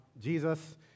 Jesus